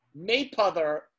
Maypother